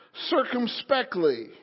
circumspectly